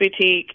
boutique